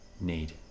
need